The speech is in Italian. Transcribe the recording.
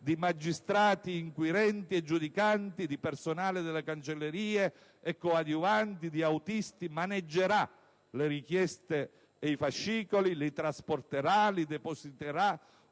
di magistrati inquirenti e giudicanti, di personale delle cancellerie e coadiuvanti, di autisti maneggerà le richieste e i fascicoli, li trasporterà, li depositerà